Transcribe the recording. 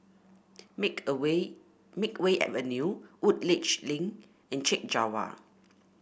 make a way Makeway Avenue Woodleigh Link and Chek Jawa